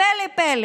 והפלא ופלא,